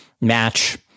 Match